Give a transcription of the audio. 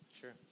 sure